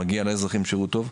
מגיע לאזרחים שירות טוב.